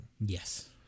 Yes